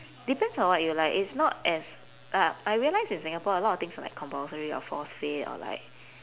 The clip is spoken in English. depends on what you like it's not as uh I realise in singapore a lot of things are like compulsory or forced fit or like